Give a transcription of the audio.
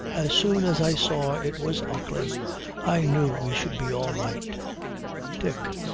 as soon as i saw it was ockley i knew we should be all right dick,